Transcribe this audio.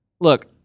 Look